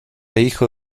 hijo